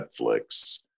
netflix